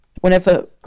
Whenever